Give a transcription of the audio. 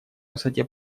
высоте